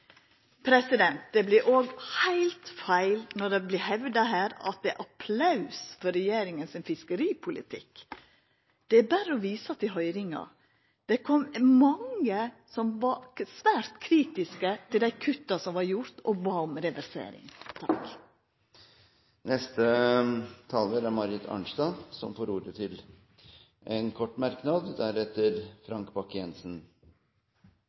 Det vert òg heilt feil når det vert hevda her at det er applaus for regjeringa sin fiskeripolitikk. Det er berre å visa til høyringa. Det kom mange som var svært kritiske til dei kutta som var gjorde, og bad om reversering av dei. Representanten Marit Arnstad har hatt ordet to ganger tidligere og får ordet til en kort merknad,